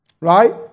Right